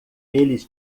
eles